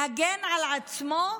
להגן על עצמו,